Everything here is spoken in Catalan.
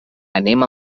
anem